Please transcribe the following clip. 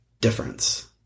difference